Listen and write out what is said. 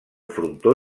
frontó